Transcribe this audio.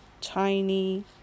tiny